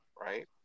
Right